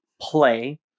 play